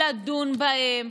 לדון בהם,